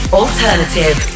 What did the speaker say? alternative